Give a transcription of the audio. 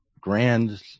grand